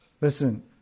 Listen